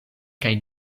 kaj